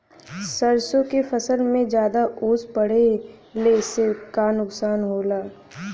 सरसों के फसल मे ज्यादा ओस पड़ले से का नुकसान होला?